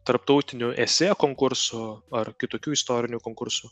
tarptautinių esė konkursų ar kitokių istorinių konkursų